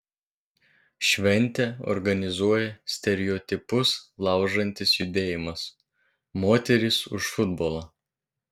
šventę organizuoja stereotipus laužantis judėjimas moterys už futbolą